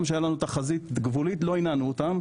כשהיה לנו תחזית גבולית לא הנענו אותם,